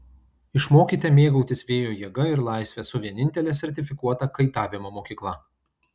išmokite mėgautis vėjo jėga ir laisve su vienintele sertifikuota kaitavimo mokykla